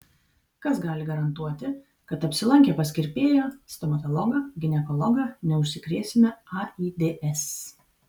kas gali garantuoti kad apsilankę pas kirpėją stomatologą ginekologą neužsikrėsime aids